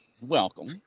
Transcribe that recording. welcome